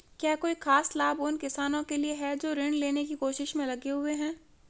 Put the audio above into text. क्या कोई खास लाभ उन किसानों के लिए हैं जो ऋृण लेने की कोशिश में लगे हुए हैं?